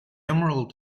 emerald